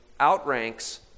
outranks